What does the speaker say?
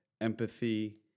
empathy